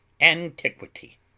antiquity